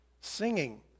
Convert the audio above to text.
Singing